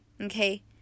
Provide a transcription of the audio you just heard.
okay